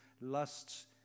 lusts